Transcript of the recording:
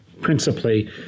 principally